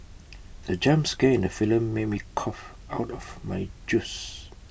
the jump scare in the film made me cough out of my juice